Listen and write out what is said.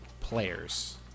Players